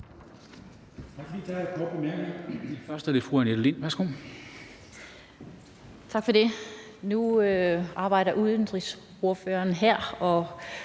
Tak for det. Nu arbejder udenrigsordføreren her og